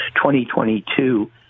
2022